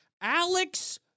Alex